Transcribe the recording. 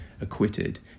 acquitted